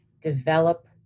develop